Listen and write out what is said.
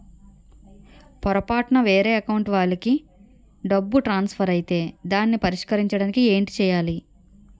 పొరపాటున వేరే అకౌంట్ వాలికి డబ్బు ట్రాన్సఫర్ ఐతే దానిని పరిష్కరించడానికి ఏంటి చేయాలి?